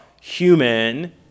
human